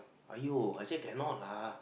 !aiyo! I say cannot lah